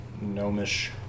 gnomish